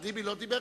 אה, טיבי לא דיבר?